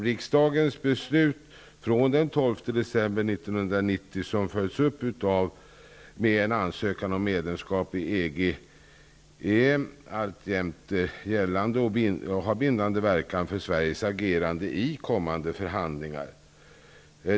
Riksdagens beslut från den 12 december 1990, som följs upp med en ansökan om medlemskap i EG, är alltjämt gällande och har bindande verkan för Sveriges agerande i kommande förhandlingar.